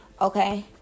Okay